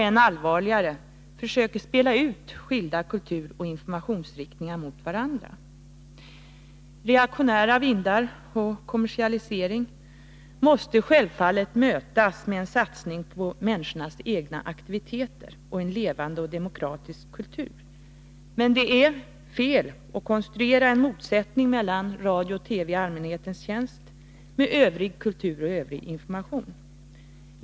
Än allvarligare är kanske att han försöker spela ut skilda kulturoch informationsriktningar mot varandra. Reaktionära vindar och kommersialisering måste självfallet mötas med en satsning på människornas egna aktiviteter och en levande och demokratisk kultur. Men det är fel att konstruera en motsättning mellan radio och TV i allmänhetens tjänst och övrig kultur och information.